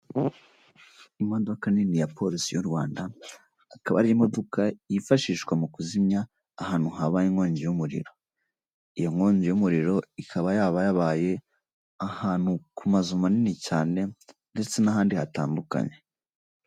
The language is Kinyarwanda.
Imodoka nini ya polisi y'u Rwanda akaba ari imodoka yifashishwa mu kuzimya ahantu habaye inkongi y'umuriro, iyo nkongi y'umuriro ikaba yaba yabaye ahantu ku mazu manini cyane ndetse n'ahandi hatandukanye.